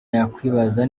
yakwibaza